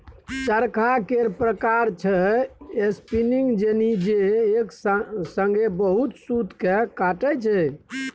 चरखा केर प्रकार छै स्पीनिंग जेनी जे एक संगे बहुत सुत केँ काटय छै